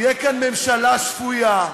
תהיה כאן ממשלה שפויה,